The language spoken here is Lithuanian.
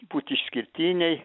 būt išskirtiniai